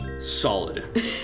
solid